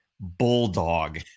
bulldog